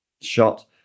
shot